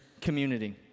community